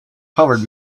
covered